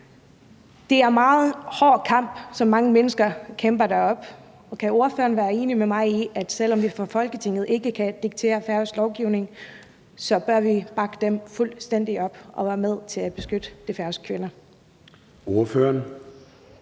Det er en meget hård kamp, som mange mennesker kæmper deroppe. Kan ordføreren være enig med mig i, at selv om vi fra Folketingets side ikke kan diktere færøsk lovgivning, så bør vi bakke de færøske kvinder fuldstændig op og være med til at beskytte dem? Kl.